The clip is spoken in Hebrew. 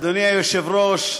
אדוני היושב-ראש,